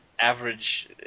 average